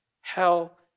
hell